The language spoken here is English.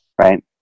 right